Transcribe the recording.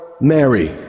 Mary